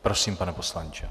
Prosím, pane poslanče.